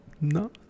no